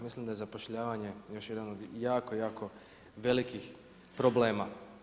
Mislim da je zapošljavanje još jedan jako jako velikih problema.